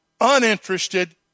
uninterested